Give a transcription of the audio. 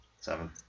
Seven